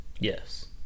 Yes